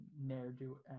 ne'er-do